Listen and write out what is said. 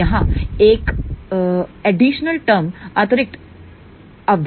अब यहाँ एक एडिशनल टरम अतिरिक्त अवधि आगई हैं